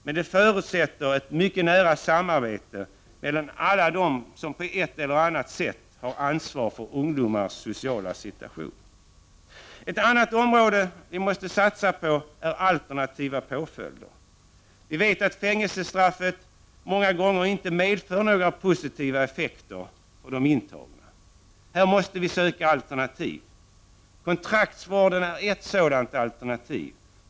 Men det förutsätter ett mycket nära samarbete mellan alla dem som på ett eller annat sätt har ansvar för ungdomars sociala situation. Ett annat område som vi måste satsa på är alternativa påföljder. Vi vet att fängelstraffet många gånger inte medför några positiva effekter för de intagna. Här måste vi söka alternativ. Kontraktsvården är ett sådant alternativ.